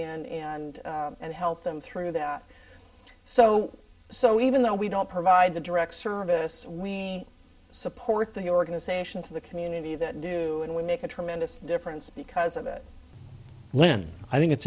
in and and help them through that so so even though we don't provide the direct service we support the organizations of the community that do and we make a tremendous difference because of it lynn i think it's